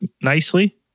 nicely